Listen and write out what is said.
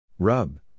Rub